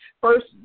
first